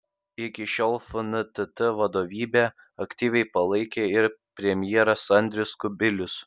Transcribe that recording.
iki šiol fntt vadovybę aktyviai palaikė ir premjeras andrius kubilius